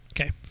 Okay